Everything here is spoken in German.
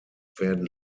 werden